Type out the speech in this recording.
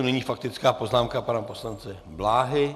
Nyní faktická poznámka pana poslance Bláhy.